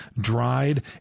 dried